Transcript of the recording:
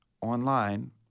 Online